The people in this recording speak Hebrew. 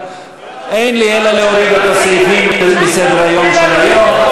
אין לי אלא להוריד את הסעיפים מסדר-היום של היום.